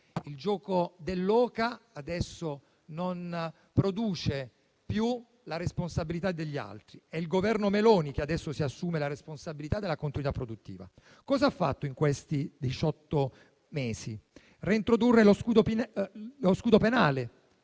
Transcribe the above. Il gioco dell'oca adesso non produce più la responsabilità degli altri, ma è il Governo Meloni che si assume la responsabilità della continuità produttiva. Cosa ha fatto in questi diciotto mesi? Ha reintrodotto lo scudo penale,